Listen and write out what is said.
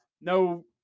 no